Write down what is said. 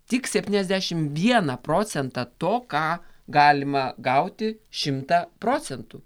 tik septyniasdešim vieną procentą to ką galima gauti šimtą procentų